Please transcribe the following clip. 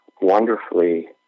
wonderfully